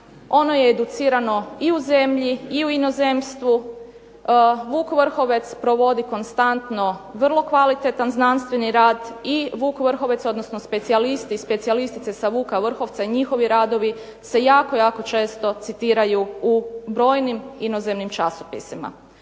ono je educirano i u zemlji i u inozemstvu. "Vuk Vrhovec" provodi konstantno vrlo kvalitetan znanstveni rad i "Vuk Vrhovec", odnosno specijalisti i specijalistice sa "Vuk Vrhovca" i njihovi radovi se jako, jako često citiraju u brojnim inozemnim časopisima.